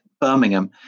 Birmingham